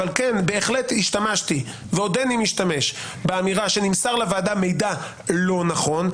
אבל כן בהחלט השתמשתי ועודני משתמש באמירה שנמסר לוועדה מידע לא נכון,